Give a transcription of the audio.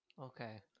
okay